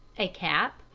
a cap,